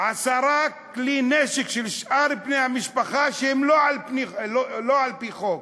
עשרה כלי נשק של שאר בני המשפחה שהם לא על-פי חוק.